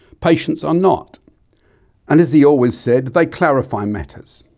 patients are not and as he always said, they clarify matters.